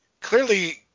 clearly